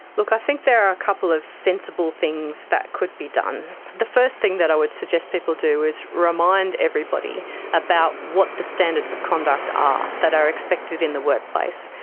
look, i think there are couple of sensible things that could be done. the first thing that i would suggest people do is remind everybody about what the standards of conduct are that are expected in the workplace.